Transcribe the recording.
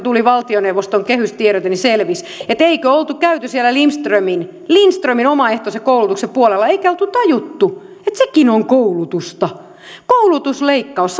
tuli valtioneuvoston kehystiedote selvisi että eikö oltu käyty siellä lindströmin lindströmin omaehtoisen koulutuksen puolella eikä oltu tajuttu että sekin on koulutusta koulutusleikkaus